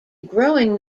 growing